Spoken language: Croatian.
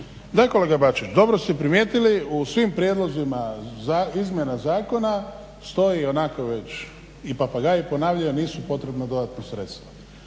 Da, kolega Bačić, dobro ste primijetili u svim prijedlozima izmjena zakona stoji ionako već i papagaji ponavljaju da nisu potrebna dodatna sredstva.